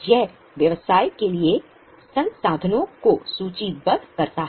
यह व्यवसाय के लिए संसाधनों को सूचीबद्ध करता है